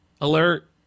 alert